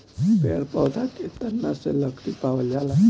पेड़ पौधा के तना से लकड़ी पावल जाला